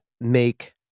make